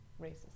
racist